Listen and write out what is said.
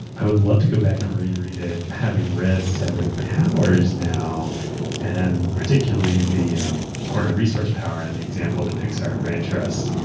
i would love to go back and reread it. having read seven powers now and particularly the cornered resource power and the example the pixar braintrust.